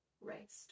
raced